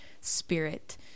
spirit